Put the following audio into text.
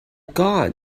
god